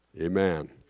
Amen